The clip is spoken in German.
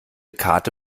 karte